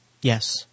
Yes